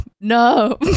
no